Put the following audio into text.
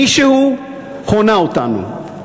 מישהו הונה אותנו.